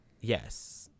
yes